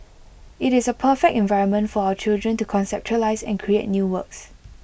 IT is A perfect environment for our children to conceptualise and create new works